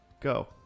go